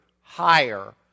higher